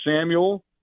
Samuel